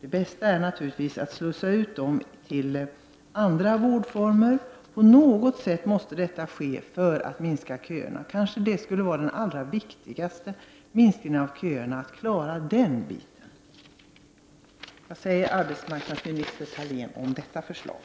Det bästa är naturligtvis att slussa ut dem till andra vårdformer. På något sätt måste detta ske för att minska köerna. Kanske skulle det vara den viktigaste minskningen av köerna om man kunde klara den biten. Vad säger socialminister Thalén om detta förslag?